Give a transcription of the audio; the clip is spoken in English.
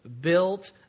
built